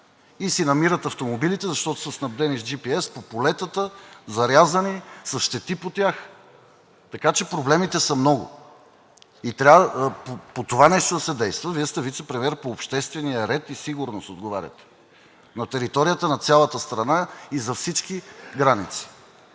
и си намират автомобилите, защото са снабдени с джипиес, по полетата – зарязани, с щети по тях! Така че проблемите са много и трябва по това нещо да се действа. Вие сте вицепремиер по обществения ред и сигурност – отговаряте за територията на цялата страна и за всички граници.